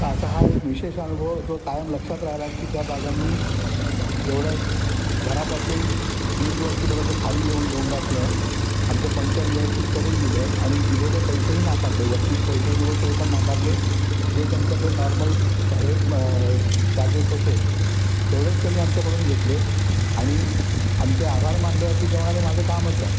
तर असा हा एक विशेष अनुभव जो कायम लक्षात राह्यला की त्या दादांनी एवढं घरापासून दीड दोन किलोमीटर खाली येऊन डोंगरातून आमचं पंक्चर व्यवस्थित करून दिलं आणि दिलेले पैसेही नाकारले वरती जे पैसे दिले ते पण नाकारले जे त्यांचं काही नॉर्मल हे चार्जेस होते तेवढेच त्यांनी आमच्याकडून घेतले आणि आमचे आभार मानल्यावरती ते म्हणाले माझं कामंच आहे